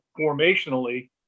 formationally